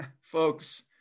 folks